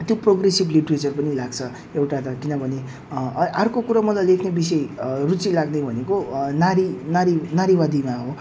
त्यो progressive literature पनि लाग्छ एउटा त किनभने अर्को कुरो मलाई लेख्ने विषय रुचि लाग्ने भनेको नारी नारी नारीवादीमा हो